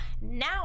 now